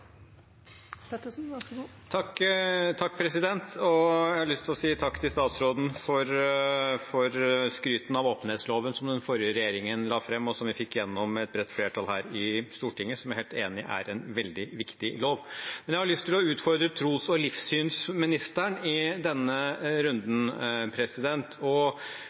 av åpenhetsloven som den forrige regjeringen la fram, som vi fikk gjennom etter et flertall her i Stortinget, og som jeg er helt enig i er en veldig viktig lov. Men jeg har lyst til å utfordre tros- og livssynsministeren i denne runden, og jeg henviser til avisen Dagen og